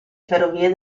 ferrovie